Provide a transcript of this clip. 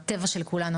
הטבע של כולנו,